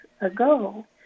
ago